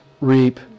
reap